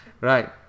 right